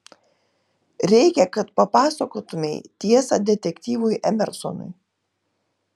reikia kad papasakotumei tiesą detektyvui emersonui